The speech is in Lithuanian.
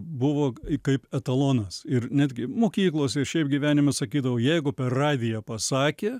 buvo kaip etalonas ir netgi mokyklose šiaip gyvenime sakydavo jeigu per radiją pasakė